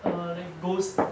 err like ghosts